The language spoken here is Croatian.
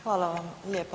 Hvala vam lijepa.